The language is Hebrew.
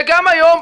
וגם היום,